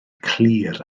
clir